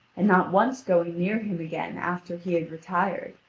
and not once going near him again after he had retired.